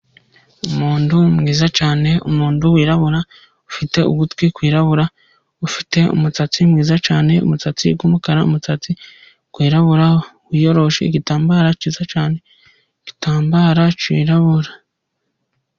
Umuntu mwiza cyane. umuntu wirabura ufite ugutwi kwirabura ufite umusatsi mwiza cyane. umusatsi wumukara numu umusatsi wirabura wiyoroshe igitambaro cyiza cyane. igitambaro kirabura.